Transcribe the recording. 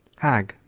hag,